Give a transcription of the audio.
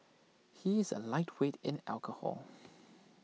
he is A lightweight in alcohol